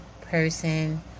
person